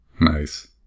Nice